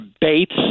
Bates